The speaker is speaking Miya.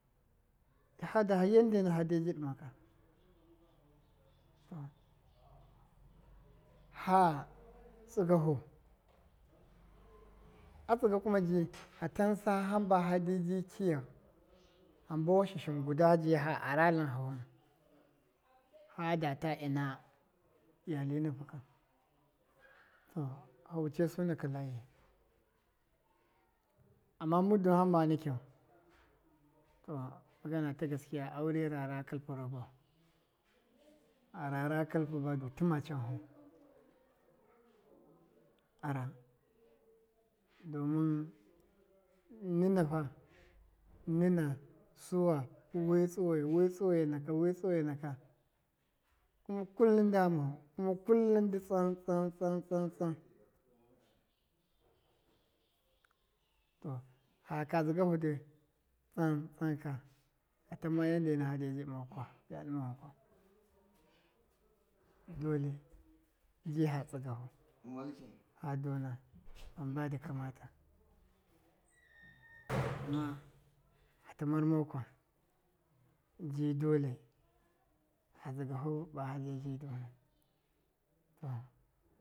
Fada yanda fadebi ɗɨmaka fa tsɨgafu, a tsɨgɨ kuma di fatansa hamba debi kiyau hamba washashan guda ji fa ara lɨn hafu fada ta ɨna iyale nifu ka to fa wucesu naka layijai, ama mɨddɨn fama nikyau to magana ta gaskiya aure rara kalpɨ rago, a rara kalpɨ badu tɨma canhu, ara, domɨn nɨnafa, nɨna, suwa, wɨtsu wai, wɨtsuwe naka, wɨtsuwe naka, kuma kullwm nda ghamafu, kuma kullɨn ndɨ tsan tsan tsan tsan to fakwa dzɨgafu dɨ tsantsan ka fatanma yande fadebi ɗɨmau kwa, fɨya ɗɨma wan kwa, dole ji fa tsɨgahu fa dona hamba dɨ kamata kuma fata marmo kwa ji dolefa dzɨgafu ba fade bi donau to.